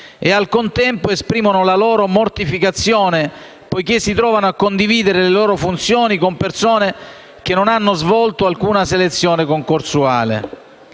che al contempo esprimono la loro mortificazione, poiché si trovano a condividere le loro funzioni con persone che non hanno svolto alcuna selezione concorsuale.